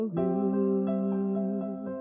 good